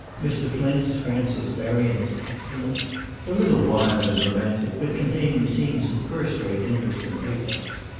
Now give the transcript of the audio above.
mr. flint's francis berrian is excellent a little wild and romantic, but containing scenes of first-rate interest and pathos.